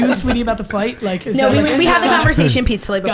saweetie about to fight? like no i mean we had the conversation peacefully